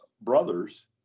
brothers